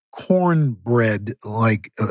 cornbread-like